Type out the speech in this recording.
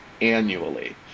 annually